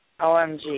OMG